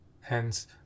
Hence